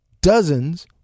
dozens